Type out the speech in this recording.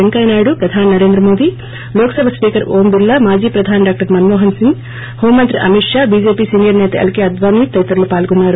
వెంకయ్య నాయుడు ప్రధాని నరేంద్ర మోడీ లోక్సభ స్పీకర్ ఓం చిర్లా మాజీ ప్రధాని డాక్టర్ మన్మోహన్ సింగ్ హోంమంత్రి అమిత్ షా బిజెపి సీనియర్ సేత ఎల్ కె అద్వానీ తదితరులు పాల్గొన్నారు